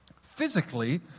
physically